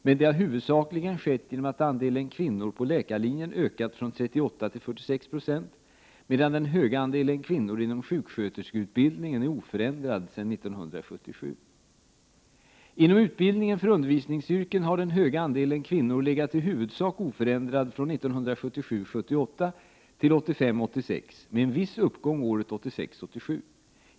Men detta har huvudsakligen skett genom att andelen kvinnor på läkarlinjen har ökat från 38 till 46 26, medan den stora delen kvinnor inom sjuksköterskeutbildningen är oförändrad sedan 1977. Inom utbildningen för undervisningsyrken har den stora andelen kvinnor varit i huvudsak oförändrad från 1977 86, med en viss uppgång 1986/87.